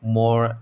more